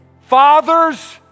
fathers